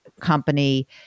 company